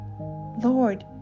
Lord